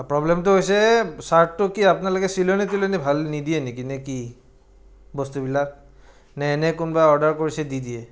প্ৰব্লেমটো হৈছে চাৰ্টটো কি আপোনালোকে চিলনি টিলনি ভাল নিদিয়ে নেকি নে কি বস্তুবিলাক নে এনেই কোনোবাই অৰ্ডাৰ কৰিছে দি দিয়ে